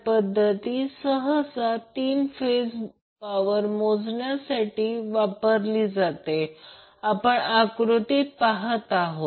त्याचप्रमाणे phase c साठी 100 angle 120° 6 j8 10 angle 66